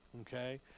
Okay